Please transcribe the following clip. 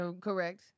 Correct